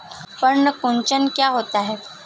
पर्ण कुंचन क्या होता है?